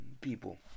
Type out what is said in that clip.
people